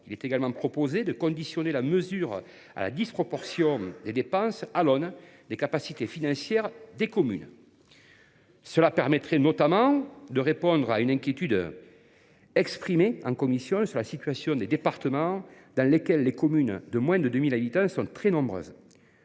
Il est également proposé de conditionner la mesure à la disproportion des dépenses à l’aune des capacités financières des communes. Cela permettrait notamment de répondre à une inquiétude exprimée en commission sur la situation des départements dans lesquels les communes de moins de 2 000 habitants sont très nombreuses.